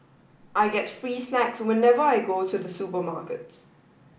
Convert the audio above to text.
I get free snacks whenever I go to the supermarket